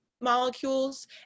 molecules